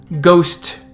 ghost